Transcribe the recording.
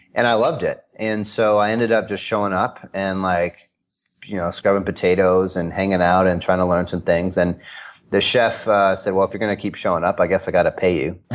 and i loved it. and so, i ended up just showing up, and like you know scrubbing potatoes, and hanging out, and trying to learn some things. and the chef said, well, if you're going to keep showing up, i guess like i have to pay you.